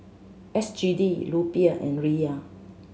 S G D Rupiah and Riyal